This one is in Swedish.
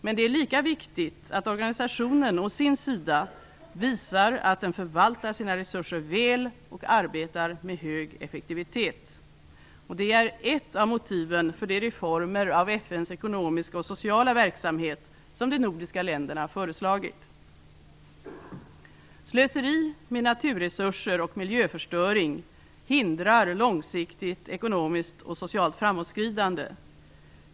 Men det är lika viktigt att organisationen å sin sida visar att den förvaltar sina resurser väl och arbetar med hög effektivitet. Det är ett av motiven för de reformer av FN:s ekonomiska och sociala verksamhet som de nordiska länderna föreslagit. Slöseri med naturresurser och miljöförstöring hindrar långsiktigt ekonomiskt och socialt framåtskridande.